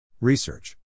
Research